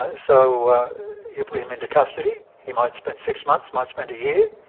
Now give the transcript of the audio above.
ah so you put him into custody he might spend six months, might spend a year,